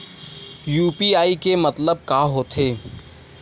UPI के मतलब का होथे?